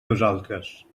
nosaltres